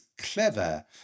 clever